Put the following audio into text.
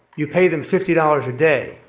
you pay them fifty dollars a day.